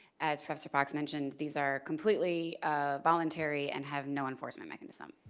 as professor fox mentioned, these are completely ah voluntary and have no enforcement mechanism.